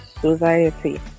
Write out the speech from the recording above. society